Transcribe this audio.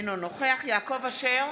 אינו נוכח יעקב אשר,